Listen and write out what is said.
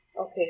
Okay